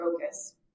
focus